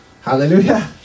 Hallelujah